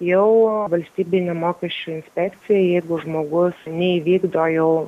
jau valstybinė mokesčių inspekcija jeigu žmogus neįvykdo jau